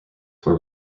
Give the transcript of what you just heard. were